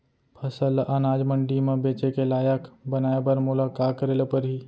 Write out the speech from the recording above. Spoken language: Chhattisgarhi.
फसल ल अनाज मंडी म बेचे के लायक बनाय बर मोला का करे ल परही?